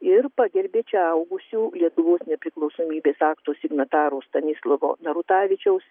ir pagerbė čia augusių lietuvos nepriklausomybės akto signatarų stanislovo narutavičiaus